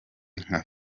nka